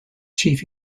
chief